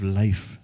life